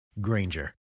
Granger